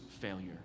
failure